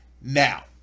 now